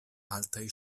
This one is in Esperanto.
altaj